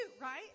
right